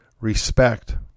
respect